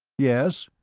yes?